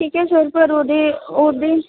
ਠੀਕ ਹੈ ਸਰ ਪਰ ਉਹਦੇ ਉਹਦੇ